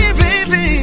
baby